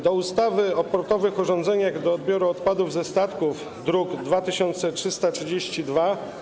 Do ustawy o portowych urządzeniach do odbioru odpadów ze statków, druk nr 2332,